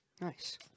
Nice